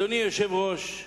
אדוני היושב-ראש,